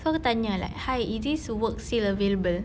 so aku tanya like hi is this work still available